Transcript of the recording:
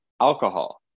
alcohol